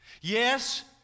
yes